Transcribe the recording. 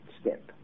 step